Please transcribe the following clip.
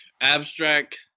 abstract